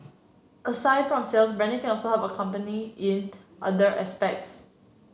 aside from sales branding can help a company in other aspects